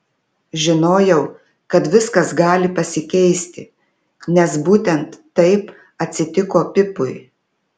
žinojau kad viskas gali pasikeisti nes būtent taip atsitiko pipui